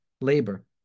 Labor